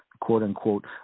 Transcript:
quote-unquote